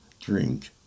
drink